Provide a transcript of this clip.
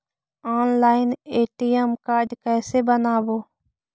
Online ATM card कैसे बनाबौ?